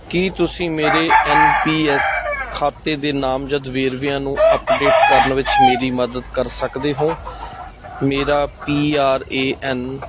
ਕੀ ਤੁਸੀਂ ਮੇਰੇ N P S ਖਾਤੇ ਦੇ ਨਾਮਜ਼ਦ ਵੇਰਵਿਆਂ ਨੂੰ ਅੱਪਡੇਟ ਕਰਨ ਵਿੱਚ ਮੇਰੀ ਮਦਦ ਕਰ ਸਕਦੇ ਹੋ ਮੇਰਾ ਪੀ ਆਰ ਏ ਐੱਨ